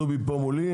דובי פה מולי,